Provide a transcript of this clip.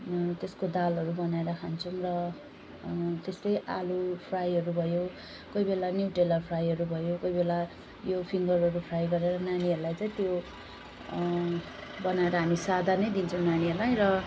त्यसको दालहरू बनाएर खान्छौँ र त्यस्तै आलु फ्राइहरू भयो कोही बेला न्युट्रेला फ्राइहरू भयो कोही बेला यो फिन्गरहरू फ्राइ गरेर नानीहरूलाई चाहिँ त्यो बनाएर हामी सादा नै दिन्छौँ नानीहरूलाई र